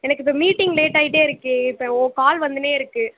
எனக்கு இப்போ meeting late ஆகிட்டே இருக்குது இப்போ ஓ கால் வந்துன்னே இருக்குது